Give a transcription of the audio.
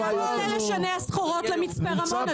כמה עולה לשנע סחורות למצפה רמון?